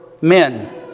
men